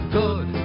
good